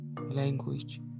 language